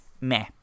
meh